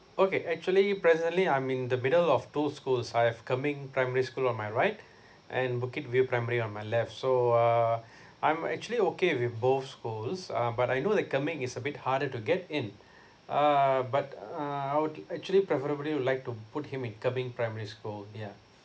okay actually presently I'm in the middle of two schools I've keming primary school on my right and bukit view primary on my left so uh I'm actually okay with both schools um but I know that keming is a bit harder to get in uh but uh I would actually preferably would like to put him in keming primary school yeah